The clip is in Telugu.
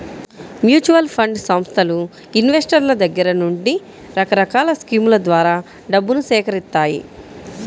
మ్యూచువల్ ఫండ్ సంస్థలు ఇన్వెస్టర్ల దగ్గర నుండి రకరకాల స్కీముల ద్వారా డబ్బును సేకరిత్తాయి